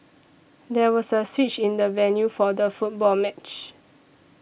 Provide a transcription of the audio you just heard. there was a switch in the venue for the football match